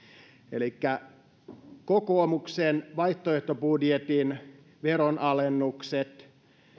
elikkä kokoomuksen vaihtoehtobudjetin veronalennukset